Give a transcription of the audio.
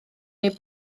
neu